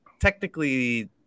technically